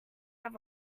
have